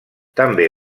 també